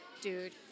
dude